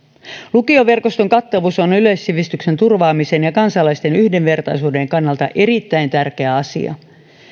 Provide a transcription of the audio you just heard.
lukioverkoston kattavuus on yleissivistyksen turvaamisen ja kansalaisten yhdenvertaisuuden kannalta erittäin tärkeä asia